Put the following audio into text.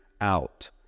out